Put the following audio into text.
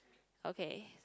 okay